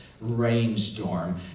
rainstorm